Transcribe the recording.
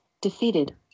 Defeated